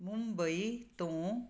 ਮੁੰਬਈ ਤੋਂ